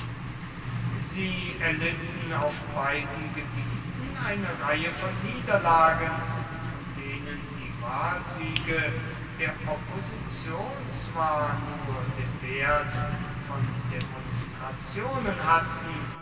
sie erlitten auf beiden gebieten eine reihe von niederlagen von denen die wahlsiege der opposition zwar nur den wert von demonstrationen hatten